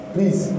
Please